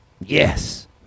Yes